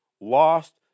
lost